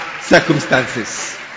circumstances